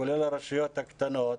כולל הרשויות הקטנות,